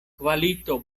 kvalito